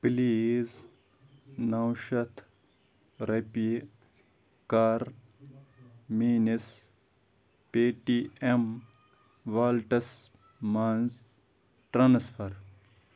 please نَو شَتھ رۄپیہِ کَر میٛٲنِس پے ٹی اٮ۪م والٹَس منٛز ٹرٛانسفَر